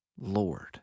Lord